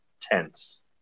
tense